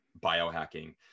biohacking